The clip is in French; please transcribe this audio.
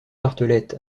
tartelett